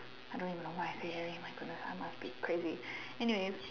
I don't even why I said airy oh my goodness I must crazy anyway